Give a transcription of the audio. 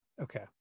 Okay